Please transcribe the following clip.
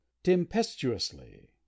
tempestuously